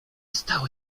stało